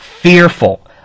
fearful